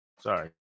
Sorry